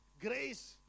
Grace